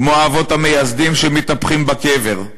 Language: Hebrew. כמו האבות המייסדים שמתהפכים בקבר,